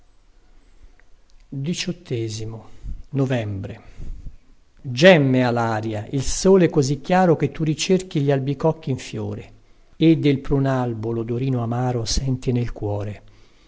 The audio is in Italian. lunga pazïente gemmea laria il sole così chiaro che tu ricerchi gli albicocchi in fiore e del prunalbo lodorino amaro senti nel cuore